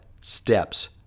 steps